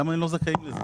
למה הם לא זכאים לזה?